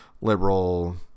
liberal